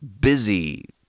busy